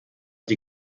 die